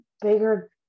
bigger